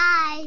Bye